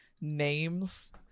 names